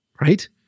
right